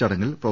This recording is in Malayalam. ചടങ്ങിൽ പ്രൊഫ